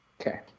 Okay